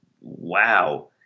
wow